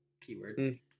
Keyword